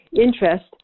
interest